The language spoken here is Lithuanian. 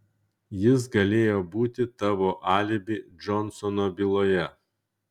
jis galėjo būti tavo alibi džonsono byloje